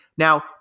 Now